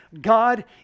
God